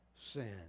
sin